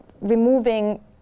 removing